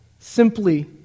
simply